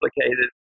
complicated